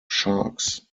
sharks